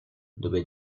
dove